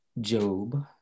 Job